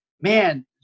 Man